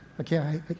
Okay